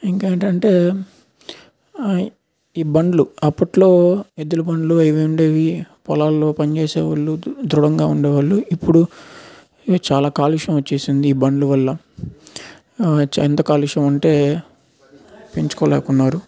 ఇంక్ ఏంటంటే ఈ బండ్లు అప్పట్లో ఎద్దులబండ్లు అవి ఉండేవి పొలాల్లో పని చేసేవాళ్ళు ధృడంగా ఉండేవాళ్ళు ఇప్పుడు చాలా కాలుష్యం చేసింది ఈ బండ్లు వల్ల ఎంత కాలుష్యం అంటే పెంచుకోలేకవున్నారు